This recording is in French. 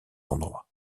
endroit